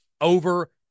over